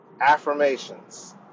affirmations